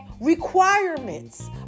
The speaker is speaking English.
Requirements